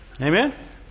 Amen